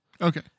Okay